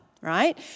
Right